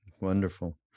Wonderful